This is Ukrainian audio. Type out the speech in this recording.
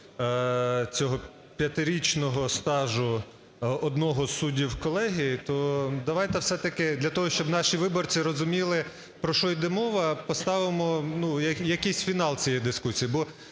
цього п'ятирічного стажу одного з суддів колегії, то давайте все-таки для того, щоб наші виборці розуміли, про що йде мова, поставимо, ну, якийсь фінал цієї дискусії.